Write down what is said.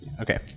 Okay